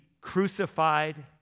crucified